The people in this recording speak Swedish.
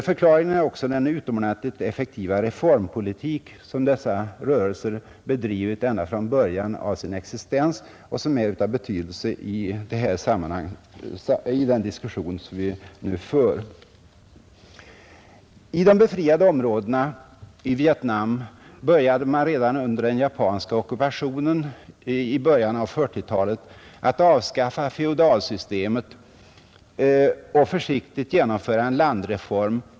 Förklaringen är också den utomordentligt effektiva reformpolitik som dessa rörelser bedrivit ända från början av sin existens och som är av betydelse i den diskussion som vi nu för. I de befriade områdena i Vietnam började man redan under den japanska ockupationen i början av 1940-talet att avskaffa feodalsystemet och försiktigt genomföra en landreform.